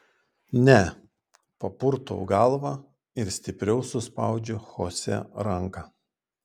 ne papurtau galvą ir stipriau suspaudžiu chosė ranką